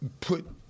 put